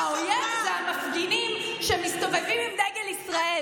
האויב הוא המפגינים שמסתובבים עם דגל ישראל.